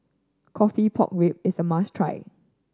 coffee pork ribs is a must try